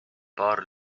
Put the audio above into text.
paar